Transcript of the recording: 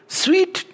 sweet